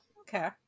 okay